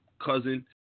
cousin